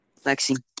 Lexi